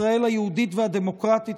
ישראל היהודית והדמוקרטית,